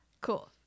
Cool